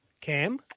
Cam